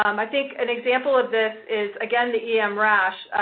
um i think an example of this is again, the em rash.